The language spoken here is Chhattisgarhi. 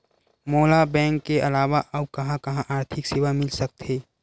मोला बैंक के अलावा आऊ कहां कहा आर्थिक सेवा मिल सकथे?